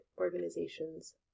organizations